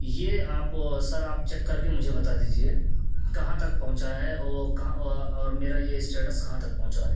یہ آپ سر آپ چیک کر کے مجھے بتا دیجیے کہاں تک پہنچا ہے وہ اور میرا یہ اسٹیٹس کہاں تک پہنچا ہے